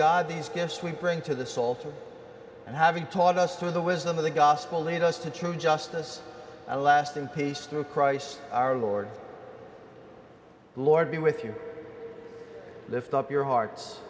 god these gifts we bring to the soul and having taught us through the wisdom of the gospel lead us to true justice and lasting peace through christ our lord lord be with you lift up your heart